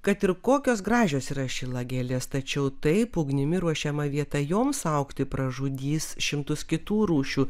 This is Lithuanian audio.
kad ir kokios gražios yra šilagėlės tačiau taip ugnimi ruošiama vieta joms augti pražudys šimtus kitų rūšių